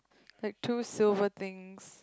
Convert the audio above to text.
like two silver things